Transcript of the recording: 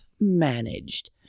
managed